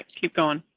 keep going.